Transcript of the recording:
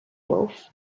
wolf